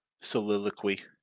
soliloquy